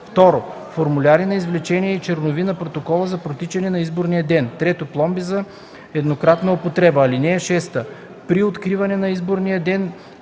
2. формуляри на извлечения и чернови на протоколи за протичане на изборния ден; 3. пломби за еднократна употреба. (6) При откриване на изборния ден